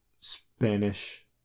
Spanish